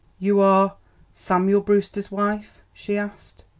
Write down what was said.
you are samuel brewster's wife? she asked.